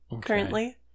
currently